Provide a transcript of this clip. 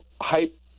hype